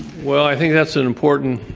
well, i think that's an important